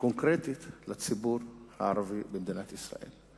קונקרטית לציבור הערבי במדינת ישראל.